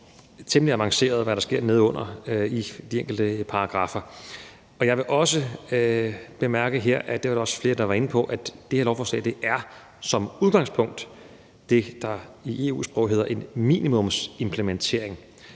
det temmelig avanceret, hvad der sker i de enkelte paragraffer. Jeg vil også bemærke her – det er der også flere der har været inde på – at det her lovforslag som udgangspunkt er det, der i EU-sprog hedder en minimumsimplementering.